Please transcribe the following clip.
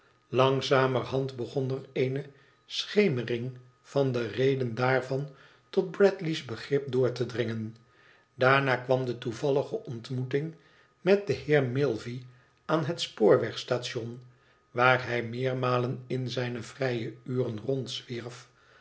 langzamerhand begon er eene schemering van de reden daarvan tot bradley's begrip doorte dringen daarna kwam de toevallige ontmoeting met den heer milvey aan het spoorwegstation waar hij meermalen in zijne vrije uren rondzwierf